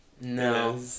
No